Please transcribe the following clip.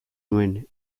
nuen